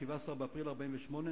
17 באפריל 1948,